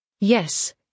Yes